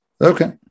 Okay